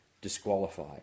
disqualified